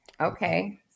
Okay